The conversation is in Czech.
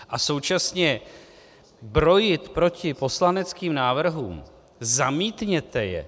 A současně brojit proti poslaneckým návrhům zamítněte je?